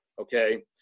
okay